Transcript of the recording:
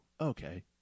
okay